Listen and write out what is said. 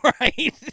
Right